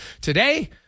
today